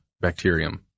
Bacterium